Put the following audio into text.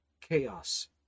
chaos